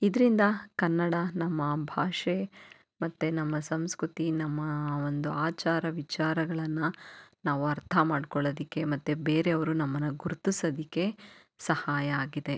ಇದರಿಂದ ಕನ್ನಡ ನಮ್ಮ ಭಾಷೆ ಮತ್ತು ನಮ್ಮ ಸಂಸ್ಕೃತಿ ನಮ್ಮ ಒಂದು ಆಚಾರ ವಿಚಾರಗಳನ್ನು ನಾವು ಅರ್ಥ ಮಾಡ್ಕೊಳ್ಳೋದಕ್ಕೆ ಮತ್ತು ಬೇರೆಯವರು ನಮ್ಮನ್ನು ಗುರ್ತಿಸೋದಕ್ಕೆ ಸಹಾಯ ಆಗಿದೆ